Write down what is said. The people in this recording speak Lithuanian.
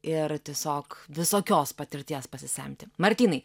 ir tiesiog visokios patirties pasisemti martynai